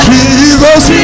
Jesus